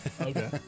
Okay